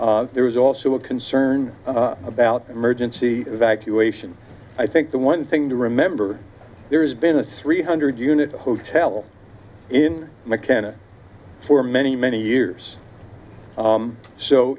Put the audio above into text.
there was also a concern about emergency evacuation i think the one thing to remember there's been a three hundred unit hotel in mckenna for many many years